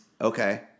okay